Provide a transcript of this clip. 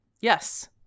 Yes